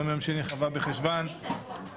היום יום שני, כ"ו בחשוון, תשפ"ב,